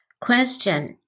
question